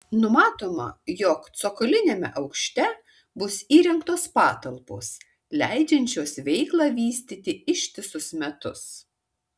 numatoma jog cokoliniame aukšte bus įrengtos patalpos leidžiančios veiklą vystyti ištisus metus